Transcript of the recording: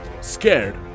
scared